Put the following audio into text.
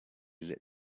lit